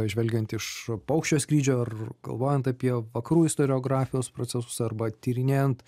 žvelgiant iš paukščio skrydžio ar galvojant apie vakarų istoriografijos procesus arba tyrinėjant